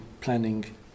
planning